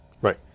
right